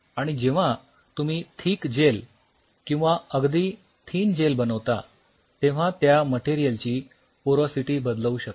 आणि जेव्हा तुम्ही थीक जेल किंवा अगदी थीन जेल बनवता तेव्हा त्या मटेरिअलची पोरॉसिटी बदलवू शकता